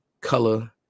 color